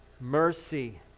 Mercy